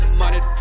money